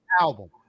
album